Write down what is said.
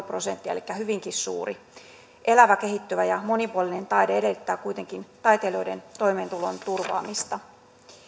prosenttia elikkä hyvinkin suuri elävä kehittyvä ja monipuolinen taide edellyttää kuitenkin taiteilijoiden toimeentulon turvaamista